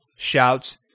shouts